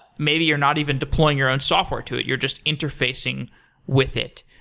maybe you're not even deploying your own software to it, you're just interfacing with it.